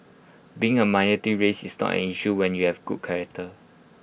being A race is not an issue when you have good character